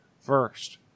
first